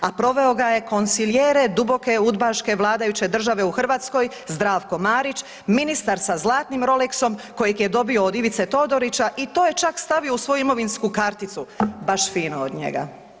A proveo ga je konsilijere duboke udbaške vladajuće države u Hrvatskoj Zdravko Marić, ministar sa zlatnim rolexom kojeg je dobio od Ivice Todorića i to je čak stavio u svoju imovinsku karticu, baš fino od njega.